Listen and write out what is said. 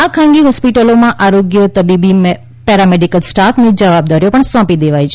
આ ખાનગી હોસ્પિટલોના આરોગ્ય તબીબી પેરામેડિકલ સ્ટાફને જવાબદારીઓ પણ સોંપી દેવાઇ છે